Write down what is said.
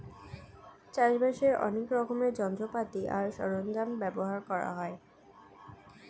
চাষবাসের অনেক রকমের যন্ত্রপাতি আর সরঞ্জাম ব্যবহার করা হয়